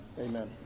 Amen